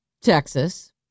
Texas